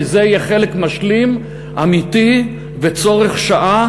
כי זה יהיה חלק משלים אמיתי וצורך השעה